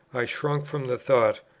i shrank from the thought,